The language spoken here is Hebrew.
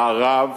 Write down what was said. המערב